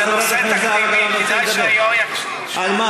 על מה